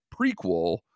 prequel